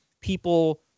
people